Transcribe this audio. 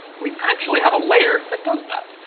we actually have a layer that does that.